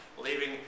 leaving